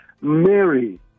Mary